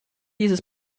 dieses